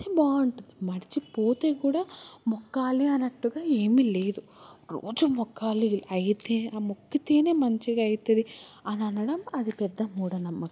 తే బాగుంటుంది మర్చిపోతే కూడా మొక్కాలి అన్నట్టుగా ఏమి లేదు రోజు మొక్కాలి అయితే ఆ మొక్కితేనే మంచిగా అవుతుంది అని అనడం అది పెద్ద మూఢనమ్మకం